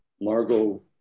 Margot